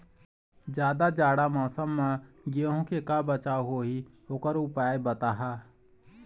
जादा जाड़ा मौसम म गेहूं के का बचाव होही ओकर उपाय बताहा?